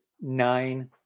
nine